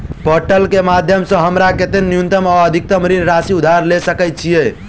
Portal केँ माध्यम सऽ हमरा केतना न्यूनतम आ अधिकतम ऋण राशि उधार ले सकै छीयै?